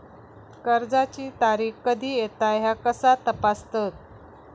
कर्जाची तारीख कधी येता ह्या कसा तपासतत?